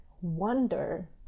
Wonder